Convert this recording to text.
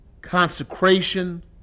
consecration